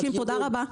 תודה רבה.